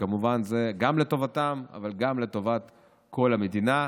כמובן, זה גם לטובתם, אבל גם לטובת כל המדינה.